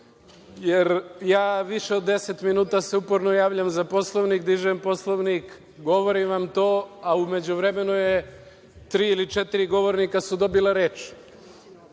jer ja više od 10 minuta se uporno javljam za Poslovnik, dižem Poslovnik, govorim vam to, a u međuvremenu su tri ili četiri govornika su dobili reč.